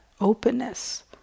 openness